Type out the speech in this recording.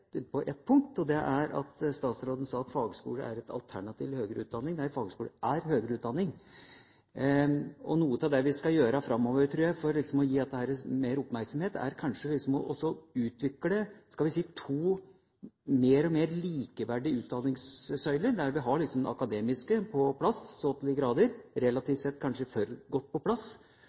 på ett punkt, og det er når statsråden sier at fagskole er et «alternativ til høyere utdanning». Nei, fagskole er høgere utdanning. Noe av det vi skal gjøre framover, tror jeg, for å vie dette mer oppmerksomhet, er kanskje å utvikle to – skal vi si – mer og mer likeverdige utdanningssøyler. Vi har det akademiske på plass så til de grader, relativt sett kanskje for godt på plass,